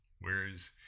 whereas